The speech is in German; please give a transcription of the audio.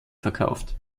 verkauft